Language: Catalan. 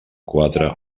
quatre